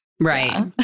right